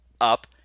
up